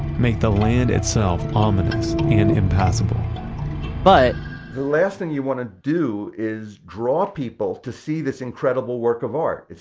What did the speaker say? make the land itself ominous and impassable but the last thing you want to do is draw people to see this incredible work of art.